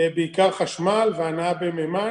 בעיקר חשמל והנעה במימן.